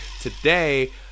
Today